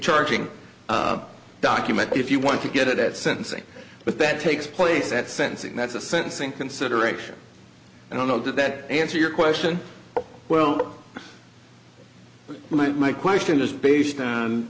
charging document if you want to get it at sentencing but that takes place at sentencing that's a sentencing consideration i don't know that answer your question well my my question is based on